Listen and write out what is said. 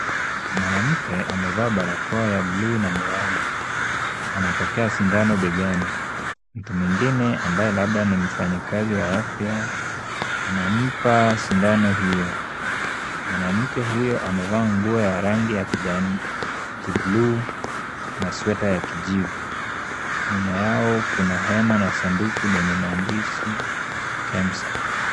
Mwanamke amevaa barakoa ya bluu na miwani anapokea sindano begani. Mtu mwingine ambaye labda ni mfanyikazi wa afya anampa sindano hiyo. Mwanamke huyo amevaa nguo ya rangi ya kijani kibluu na sweta ya kijivu. Nyuma yao kuna hema na sanduku lenye maandishi Kemsa.